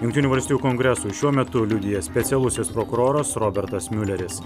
jungtinių valstijų kongresui šiuo metu liudija specialusis prokuroras robertas miuleris